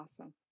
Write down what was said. Awesome